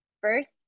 first